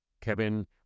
Kevin